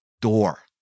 door